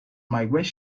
migrate